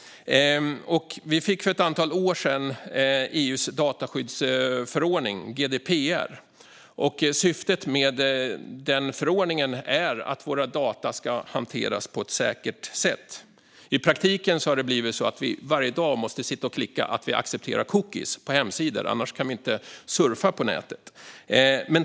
Vi fick för ett antal år sedan EU:s dataskyddsförordning GDPR. Syftet med den förordningen är att våra data ska hanteras på ett säkert sätt. I praktiken har det blivit så att vi varje dag måste sitta och klicka att vi accepterar cookies på hemsidor, annars kan vi inte surfa på nätet.